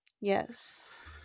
Yes